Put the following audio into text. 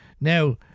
Now